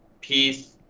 peace